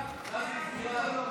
סעיף 3,